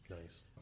Nice